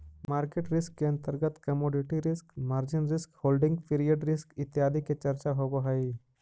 market risk के अंतर्गत commodity risk, margin risk, holding period risk इत्यादि के चर्चा होवऽ हई